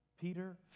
Peter